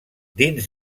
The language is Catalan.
dins